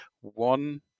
one